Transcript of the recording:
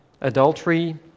adultery